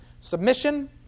submission